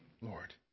Lord